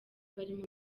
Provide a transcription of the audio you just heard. barimo